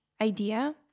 idea